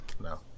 no